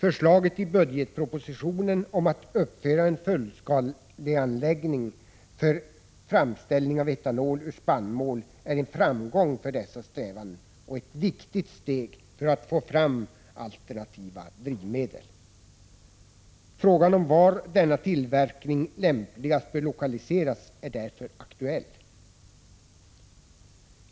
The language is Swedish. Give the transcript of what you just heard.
Förslaget i budgetpropositionen om att uppföra en fullskaleanläggning för framställning av etanol ur spannmål är en framgång för dessa strävanden och ett viktigt steg för att få fram alternativa drivmedel. Frågan om var denna tillverkning lämpligast bör lokaliseras är därför aktuell.